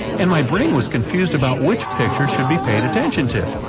and my brain was confused about which picture should be paid attention to.